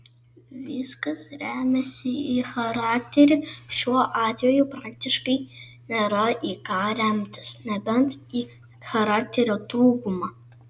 viskas remiasi į charakterį šiuo atveju praktiškai nėra į ką remtis nebent į charakterio trūkumą